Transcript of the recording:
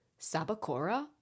Sabakora